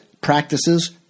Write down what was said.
practices